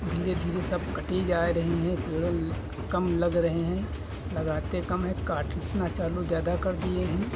धीरे धीरे सब कटी जाए रही हैं पेड़ कम लग रहे हैं लगाते कम हैं काटना चालू ज़्यादा कर दिए हैं